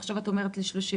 עכשיו את אומרת לי 30,000